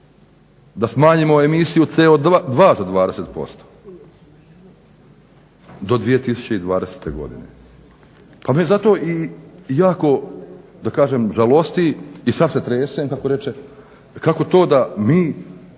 da smanjimo emisiju CO2 za 20% do 2020. godine. Pa me zato i jako žalosti i sav se tresem kako reče, kako